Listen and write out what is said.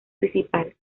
principal